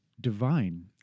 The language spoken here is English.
Divine